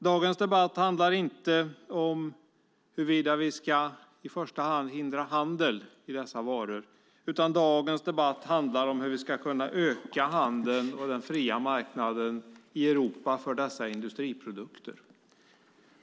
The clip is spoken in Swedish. Dagens debatt handlar inte om hur vi i första hand ska hindra handel av dessa varor utan om hur vi ska kunna öka handeln och den fria marknaden i Europa för dessa industriprodukter.